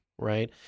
Right